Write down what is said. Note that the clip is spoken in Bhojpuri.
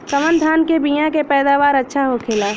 कवन धान के बीया के पैदावार अच्छा होखेला?